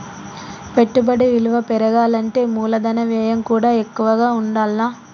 పెట్టుబడి విలువ పెరగాలంటే మూలధన వ్యయం కూడా ఎక్కువగా ఉండాల్ల